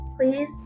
please